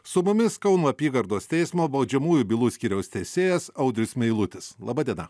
su mumis kauno apygardos teismo baudžiamųjų bylų skyriaus teisėjas audrius meilutis laba diena